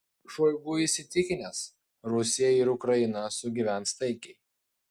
šoigu įsitikinęs rusija ir ukraina sugyvens taikiai